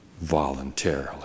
voluntarily